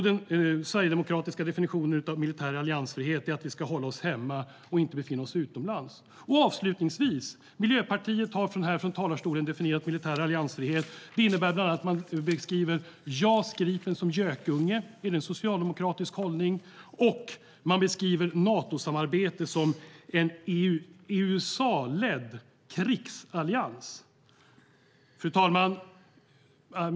Den sverigedemokratiska definitionen av militär alliansfrihet är att vi ska hålla oss hemma och inte befinna oss utomlands. Avslutningsvis har Miljöpartiet från talarstolen definierat militär alliansfrihet. Det innebär bland annat att man beskriver JAS Gripen som gökunge. Är det en socialdemokratisk hållning? Man beskriver också Natosamarbetet som en USA-ledd krigsallians. Fru talman!